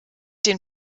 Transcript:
den